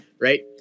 right